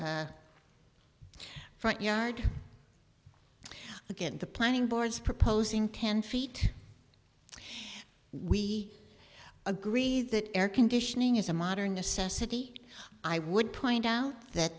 front yard again the planning boards proposing ten feet we agree that air conditioning is a modern necessity i would point out that